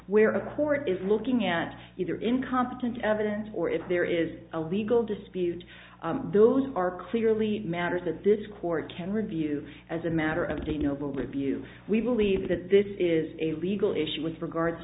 where the court is looking at either incompetent evidence or if there is a legal dispute those are clearly matters that this court can review as a matter of the noble review we believe that this is a legal issue with regards